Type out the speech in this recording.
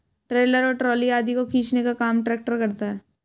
trailer और trolley आदि को खींचने का काम ट्रेक्टर करता है